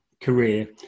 career